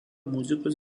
muzikos